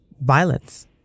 violence